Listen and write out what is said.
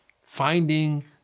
finding